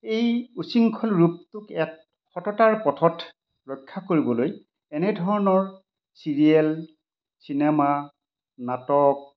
এই উশৃংখল ৰূপটোক এক সততাৰ পথত ৰক্ষা কৰিবলৈ এনেধৰণৰ চিৰিয়েল চিনেমা নাটক